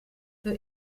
für